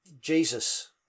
jesus